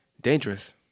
Dangerous